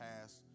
past